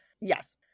Yes